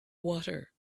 water